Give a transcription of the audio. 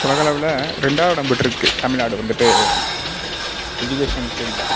உலகளவில் ரெண்டாவது இடம் பெற்றுருக்குது தமிழ்நாடு வந்துட்டு எஜுகேஷன் ஃபீல்டில்